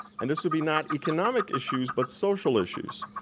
and this will be not economic issues, but social issues.